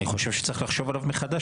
אני חושב שצריך לחשוב עליו מחדש,